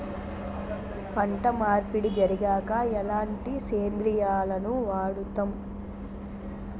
పంట మార్పిడి జరిగాక ఎలాంటి సేంద్రియాలను వాడుతం?